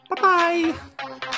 Bye-bye